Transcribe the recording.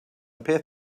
peth